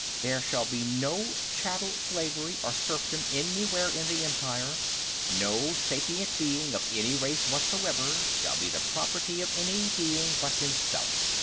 there shall be no chattel slavery or serfdom anywhere in the empire no sapient being of any race whatsoever shall be the property of any being but himself.